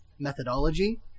methodology